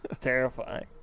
terrifying